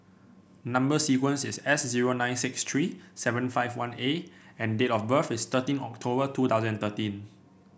number sequence is S zero nine six three seven five one A and date of birth is thirteen October two thousand thirteen